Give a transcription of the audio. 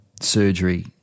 surgery